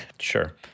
Sure